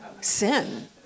sin